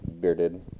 Bearded